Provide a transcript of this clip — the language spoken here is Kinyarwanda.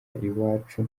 iwacu